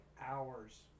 hours